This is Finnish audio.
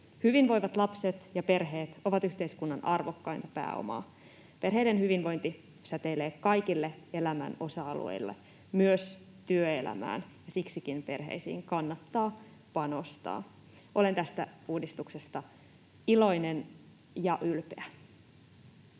Hyvinvoivat lapset ja perheet ovat yhteiskunnan arvokkainta pääomaa. Perheiden hyvinvointi säteilee kaikille elämän osa-alueille, myös työelämään, ja siksikin perheisiin kannattaa panostaa. Olen tästä uudistuksesta iloinen ja ylpeä.